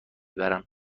برم